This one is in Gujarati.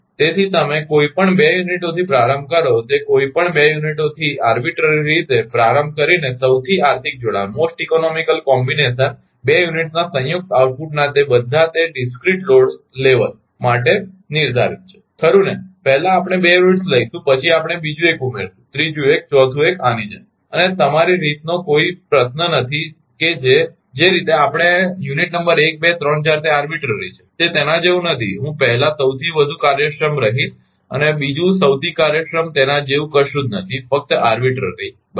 તેથી તમે કોઈપણ 2 યુનિટોથી પ્રારંભ કરો તે કોઈપણ 2 યુનિટોથી આરબીટ્રરીલી રીતે પ્રારંભ કરીને સૌથી આર્થિક જોડાણમોસ્ટ ઇકોનોમીકલ કોમ્બીનેશન 2 યુનિટ્સના સંયુક્ત આઉટપુટના તે બધા તે ડીસ્ક્રેટ લોડ સ્તર માટે નિર્ધારિત છે ખરુ ને પહેલા આપણે 2 યુનિટ્સ લઇશું પછી આપણે બીજું એક ઉમેરીશું ત્રીજું એક ચોથું એક આની જેમ અને તમારી રીત નો કોઈ પ્રશ્ન નથી કે જે રીતે આપણે યુનિટ નંબર 1 2 3 4 તે આરબીટ્રરી છે તે તેના જેવું નથી કે હું પહેલા સૌથી વધુ કાર્યક્ષમ રહીશ પછી બીજું સૌથી કાર્યક્ષમ તેના જેવું કશું જ નથી ફકત આરબીટ્રરી બરાબર